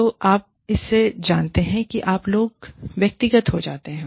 तो आप इसे जानते हैं और आप लोग व्यक्तिगत हो जाते हो